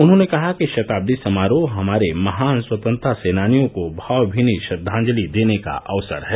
उन्होंने कहा कि शताब्दी समारोह हमारे महान स्वतंत्रता सेनानियों को भावमीनी श्रद्वाजंलि देने का अवसर है